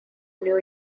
new